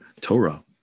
Torah